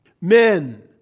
men